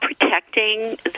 protecting